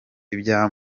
ibya